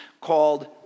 called